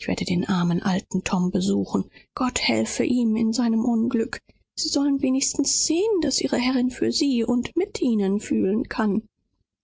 ich will den armen alten tom sehen und möge gott ihm kraft geben in seinem unglück sie sollen wenigstens sehen daß ihre herrin für sie und mit ihnen fühlen kann